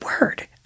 word